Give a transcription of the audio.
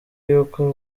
y’uko